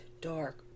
dark